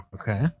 Okay